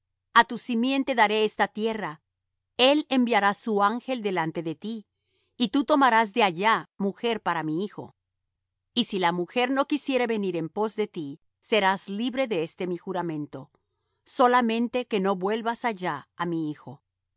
a tu simiente daré esta tierra él enviará su ángel delante de ti y tú tomarás de allá mujer para mi hijo y si la mujer no quisiere venir en pos de ti serás libre de este mi juramento solamente que no vuelvas allá á mi hijo